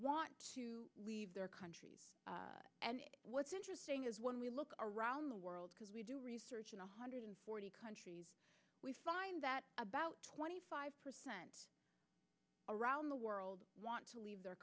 want to leave their country and what's interesting is when we look around the world because we do research in a hundred and forty countries we find that about twenty five percent around the world want to leave their